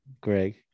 greg